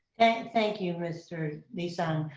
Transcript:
thank you mr. lee-sung.